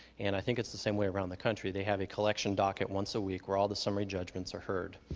and i think it's the same way around the country. they have a collection docket once a week where all the summary judgments are heard.